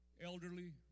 elderly